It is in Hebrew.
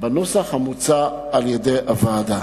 בנוסח המוצע על-ידי הוועדה.